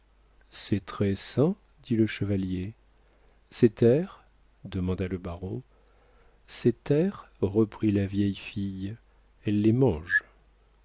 c'est très sain dit le chevalier ses terres demanda le baron ses terres reprit la vieille fille elle les mange